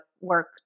work